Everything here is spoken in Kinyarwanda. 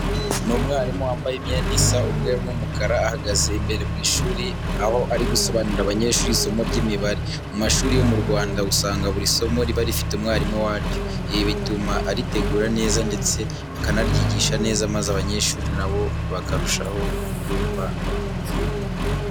Ni umwarimu wambaye imyenda isa umweru n'umukara, ahagaze imbere mu ishuri aho ari gusobanurira abanyeshuri isomo ry'Imibare. Mu mashuri yo mu Rwanda usanga buri somo riba rifite umwarimu waryo. Ibi bituma aritegura neza ndetse akanaryigisha neza maze abanyeshuri na bo bakarushaho kuryumva no kuritsinda.